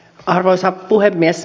arvoisa puhemies